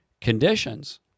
conditions